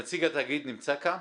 נציג התאגיד נמצא כאן?